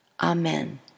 Amen